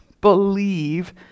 believe